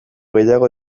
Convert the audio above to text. gehiago